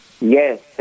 yes